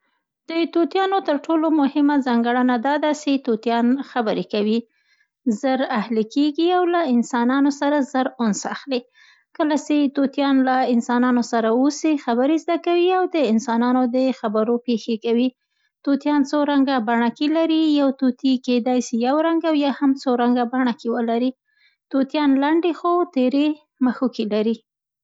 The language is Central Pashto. د طوطیانو تر ټولو مهمه ځانګړنه دا ده، سي طوطیان خبرې کوي. زراهلي کېږي او له انسانانو سره زر ‌‌أنس اخلي. کله سي طوطیان له انسانانو سره اوسي، خبرې زده کوي او د انسانانو د خبرو پېښې کوي. طوطیان څو رنګه بڼکې لري، یو طوطی کیدای سي یو رنګ او یا هم څو رنګه بڼکې ولري. طوطیان لنډې خو تېرې مښوکې لري.